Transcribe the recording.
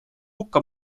hukka